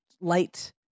light